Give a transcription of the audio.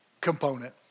component